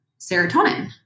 serotonin